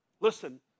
Listen